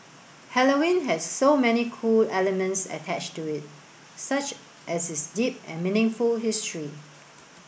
Halloween has so many cool elements attached to it such as its deep and meaningful history